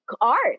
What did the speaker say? art